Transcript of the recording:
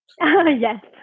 Yes